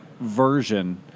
version